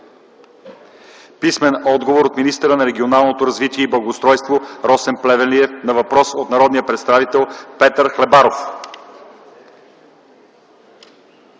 Писмен отговор от министъра на регионалното развитие и благоустройството Росен Плевнелиев на въпрос от народния представител Петър Хлебаров.